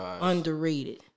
underrated